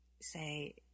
say